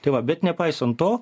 tai va bet nepaisant to